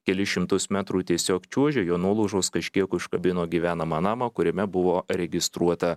kelis šimtus metrų tiesiog čiuožė jo nuolaužos kažkiek užkabino gyvenamą namą kuriame buvo registruota